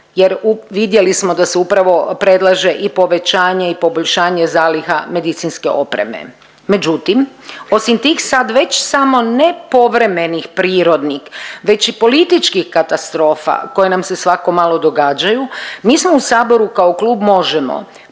jer vidjeli smo da se upravo predlaže i povećanje i poboljšanje zaliha medicinske opreme. Međutim, osim tih sad već samo ne povremenih prirodnih već i političkih katastrofa koje nam se svako malo događaju, mi smo u Saboru kao klub Možemo!